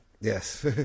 Yes